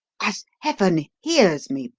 as heaven hears me,